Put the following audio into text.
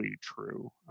true